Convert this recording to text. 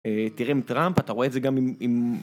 תראה עם טראמפ אתה רואה את זה גם עם.